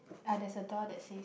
uh there's a door that says